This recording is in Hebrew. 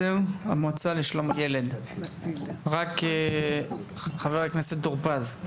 חבר הכנסת טור פז,